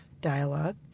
dialogue